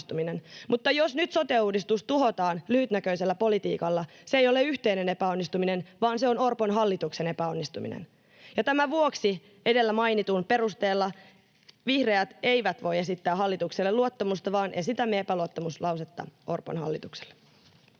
mutta jos nyt sote-uudistus tuhotaan lyhytnäköisellä politiikalla, se ei ole yhteinen epäonnistuminen, vaan se on Orpon hallituksen epäonnistuminen. Tämän vuoksi, edellä mainitun perusteella, vihreät eivät voi esittää hallitukselle luottamusta, vaan esitämme epäluottamuslausetta Orpon hallitukselle.”